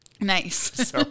Nice